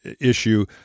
issue